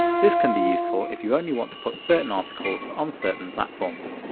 this can be useful if you only want to put certain articles on certain platforms.